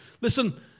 Listen